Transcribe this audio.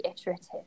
iterative